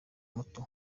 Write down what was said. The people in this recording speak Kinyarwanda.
muto